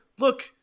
look